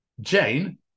Jane